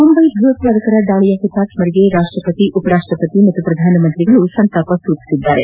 ಮುಂಬಯಿ ಭಯೋತ್ವಾದಕರ ದಾಳಿಯ ಹುತಾತ್ಸರಿಗೆ ರಾಷ್ಟಪತಿ ಉಪರಾಷ್ಟಪತಿ ಮತ್ತು ಪ್ರಧಾನಮಂತ್ರಿ ಸಂತಾಪ ಸೂಚಿಸಿದ್ದಾರೆ